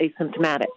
asymptomatic